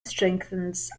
strengthens